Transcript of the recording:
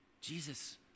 Jesus